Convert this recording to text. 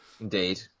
Indeed